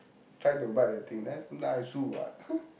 try to bite the thing then I chew what